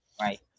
Right